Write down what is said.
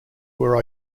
were